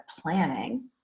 planning